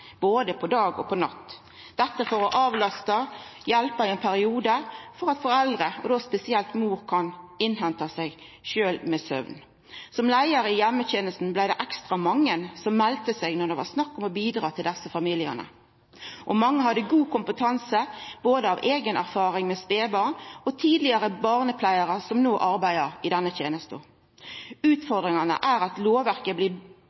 både på dag og på natt, for å avlasta og hjelpa i ein periode for at foreldre, og då spesielt mor, kan henta seg inn med søvn. Som leiar i heimetenesta blei det ekstra mange som melde seg for meg når det var snakk om å bidra til desse familiane. Mange hadde god kompetanse frå eiga erfaring med spedbarn, og det er tidlegare barnepleiarar som no arbeider i denne tenesta. Utfordringa er at lovverket blir